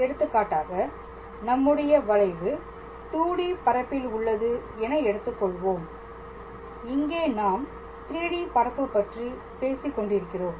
எடுத்துக்காட்டாக நம்முடைய வளைவு 2D பரப்பில் உள்ளது என எடுத்துக் கொள்வோம் இங்கே நாம் 3D பரப்பு பற்றி பேசிக் கொண்டிருக்கிறோம்